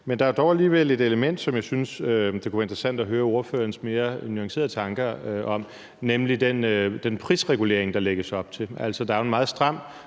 her. Der er dog alligevel et element, som jeg synes det kunne være interessant at høre ordførerens mere nuancerede tanker om, nemlig den prisregulering, der lægges op til.